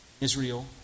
Israel